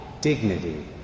dignity